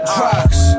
Drugs